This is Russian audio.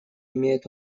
имеет